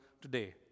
today